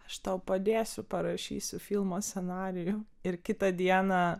aš tau padėsiu parašysiu filmo scenarijų ir kitą dieną